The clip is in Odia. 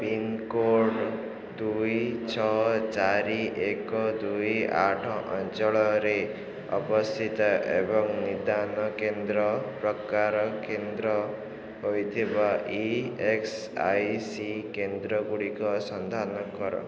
ପିନ୍କୋଡ଼୍ ଦୁଇ ଛଅ ଚାରି ଏକ ଦୁଇ ଆଠ ଅଞ୍ଚଳରେ ଅବସ୍ଥିତ ଏବଂ ନିଦାନ କେନ୍ଦ୍ର ପ୍ରକାର କେନ୍ଦ୍ର ହୋଇଥିବା ଇ ଏସ୍ ଆଇ ସି କେନ୍ଦ୍ର ଗୁଡ଼ିକ ସନ୍ଧାନ କର